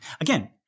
again –